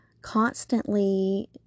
constantly